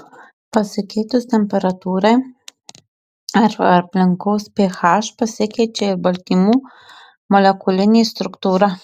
pasikeitus temperatūrai ar aplinkos ph pasikeičia ir baltymų molekulinė struktūra